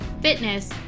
fitness